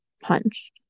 punched